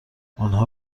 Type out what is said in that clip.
آنها